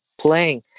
playing